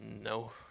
No